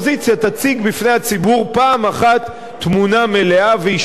הציבור פעם אחת תמונה מלאה וישפוט הציבור.